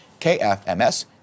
KFMS